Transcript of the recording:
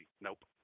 Nope